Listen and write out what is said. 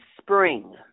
spring